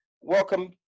Welcome